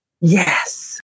Yes